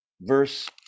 verse